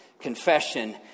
confession